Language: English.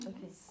Okay